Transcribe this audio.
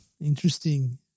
interesting